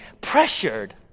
pressured